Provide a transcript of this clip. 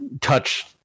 touch